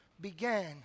began